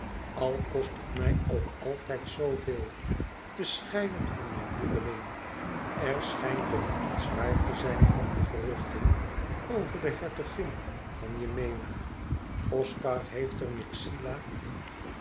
al kost het mij ook altijd zoo veel te scheiden van mijn lieveling er schijnt toch iets waar te zijn van die geruchten over de hertogin van yemena oscar heeft er myxila